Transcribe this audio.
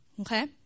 Okay